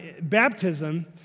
baptism